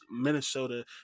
Minnesota